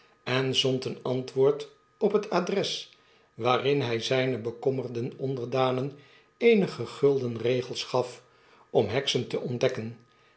en zond een antwoord op het adres waarin hy zynen bekommerden onderdanen eenige gulden regels gaf om heksen te ontdekken